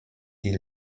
die